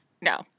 No